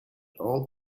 all